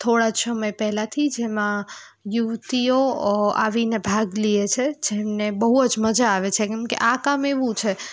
થોડાં સમય પહેલાંથી જેમાં યુવતીઓ આવીને ભાગ લે છે જેમને બહુ જ મજા આવે છે કેમકે આ કામ એવું છે